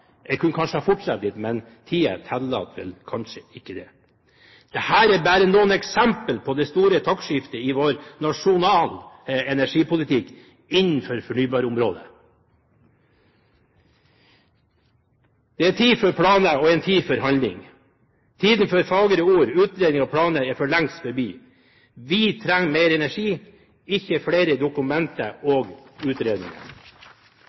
Jeg kunne kanskje ha fortsatt litt, men tiden tillater vel ikke det. Dette er bare noen eksempler på det store taktskiftet i vår nasjonale energipolitikk innenfor fornybarområdet. Det er en tid for planer og en tid for handling. Tiden for fagre ord, utredninger og planer er for lengst forbi. Vi trenger mer energi, ikke flere dokumenter og utredninger.